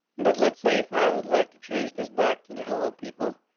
but let's say if i would like to change this back to the helo people,